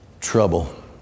Trouble